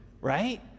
right